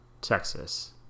Texas